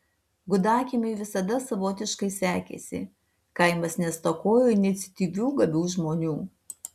gudakiemiui visada savotiškai sekėsi kaimas nestokojo iniciatyvių gabių žmonių